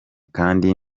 kandi